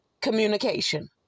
communication